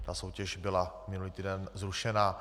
Ta soutěž byla minulý týden zrušena.